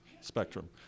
spectrum